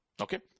Okay